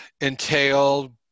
entail